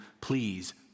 please